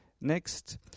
next